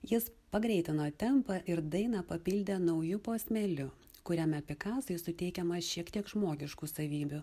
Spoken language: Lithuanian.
jis pagreitino tempą ir dainą papildė nauju posmeliu kuriame pikasui suteikiama šiek tiek žmogiškų savybių